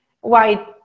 white